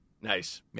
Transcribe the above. Nice